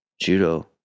Judo